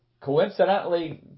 coincidentally